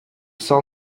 sol